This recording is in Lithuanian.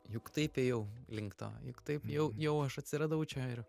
juk taip ėjau link to juk taip jau jau aš atsiradau čia ir